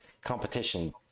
competition